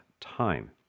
time